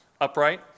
upright